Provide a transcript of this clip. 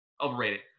Overrated